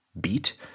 beat